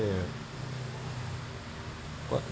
what